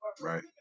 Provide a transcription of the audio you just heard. Right